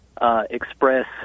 Express